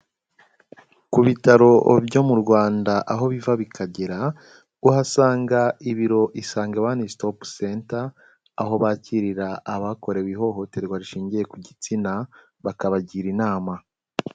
Ku bitaro byo mu Rwanda aho biva bikagera uhasanga ibiro Isange One Stop Center, aho bakirira abakorewe ihohoterwa rishingiye ku gitsina, bakabagira inama.